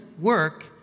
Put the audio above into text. work